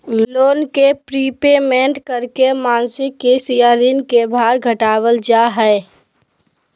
loan के prepayment करके मासिक किस्त या ऋण के भार घटावल जा हय